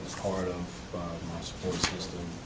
part of my support system